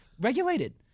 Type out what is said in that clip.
regulated